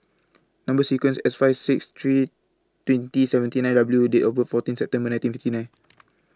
Number sequence IS S five six three twenty seventy nine W and Date of birth fourteen September nineteen fifty nine